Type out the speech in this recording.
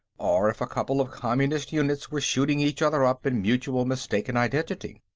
or if a couple of communist units were shooting each other up in mutual mistaken identity.